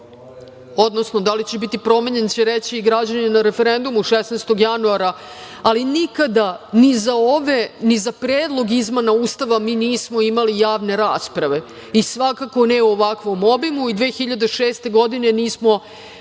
odnosno da li će biti promenjen će reći građani na referendumu 16. januara, ali nikada ni za ove, ni za predlog izmena Ustava mi nismo imali javne rasprave. Svakako ne u ovakvom obimu i 2006. godine nismo